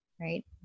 right